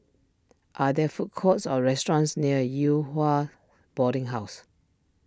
are there food courts or restaurants near Yew Hua Boarding House